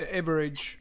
average